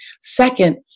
Second